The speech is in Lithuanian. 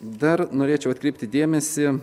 dar norėčiau atkreipti dėmesį